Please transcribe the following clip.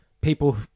people